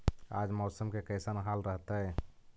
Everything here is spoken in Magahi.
आज मौसम के कैसन हाल रहतइ?